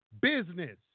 business